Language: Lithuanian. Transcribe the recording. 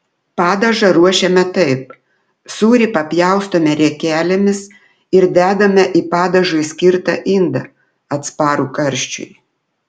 padažą ruošiame taip sūrį papjaustome riekelėmis ir dedame į padažui skirtą indą atsparų karščiui